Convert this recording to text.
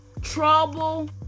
Trouble